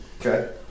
Okay